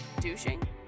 douching